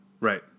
Right